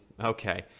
okay